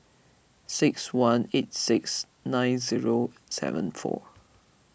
six one eight six nine zero seven four